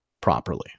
properly